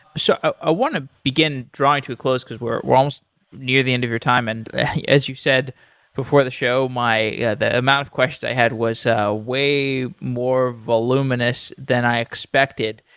so i want to begin drawing to a close, because we're we're almost near the end of your time. and yeah as you've said before the show, yeah the amount of questions i had was ah way more voluminous than i expected.